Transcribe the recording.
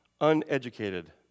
uneducated